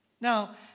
Now